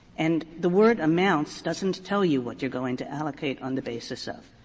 and the word amounts doesn't tell you what you're going to allocate on the basis of.